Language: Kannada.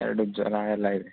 ಎರಡಕ್ಕೆ ಜ್ವರ ಎಲ್ಲ ಇದೆ